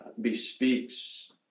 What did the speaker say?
Bespeaks